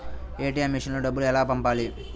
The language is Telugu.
ఏ.టీ.ఎం మెషిన్లో డబ్బులు ఎలా పంపాలి?